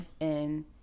And-